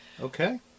Okay